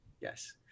Yes